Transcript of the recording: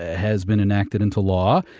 has been enacted into law.